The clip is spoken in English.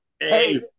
Hey